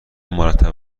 مرتب